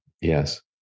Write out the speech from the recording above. Yes